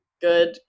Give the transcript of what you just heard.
good